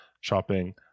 shopping